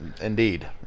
Indeed